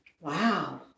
Wow